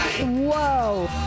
Whoa